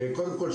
קודם כול,